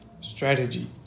strategy